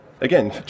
again